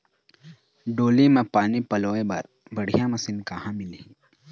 डोली म पानी पलोए बर बढ़िया मशीन कहां मिलही?